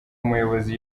umuyobozi